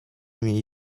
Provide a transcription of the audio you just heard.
mieli